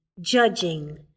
judging